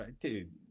dude